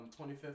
25th